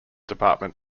department